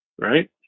Right